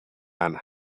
and